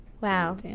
Wow